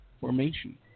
formation